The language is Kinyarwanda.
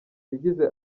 yagize